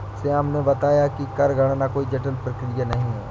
श्याम ने बताया कि कर गणना कोई जटिल प्रक्रिया नहीं है